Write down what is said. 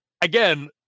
again